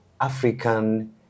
African